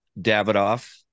Davidoff